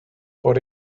por